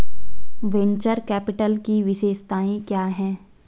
Venture capital की विशेषताएं क्या हैं?